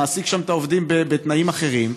מעסיק שם את העובדים בתנאים אחרים,